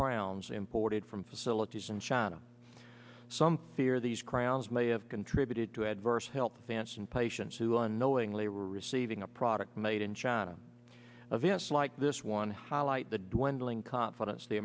crowns imported from facilities in china some fear these crowns may have contributed to adverse health vance and patients who unknowingly were receiving a product made in china events like this one highlight the dwindling confidence the